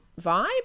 vibe